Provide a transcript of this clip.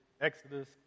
Exodus